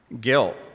guilt